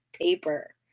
paper